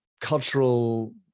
cultural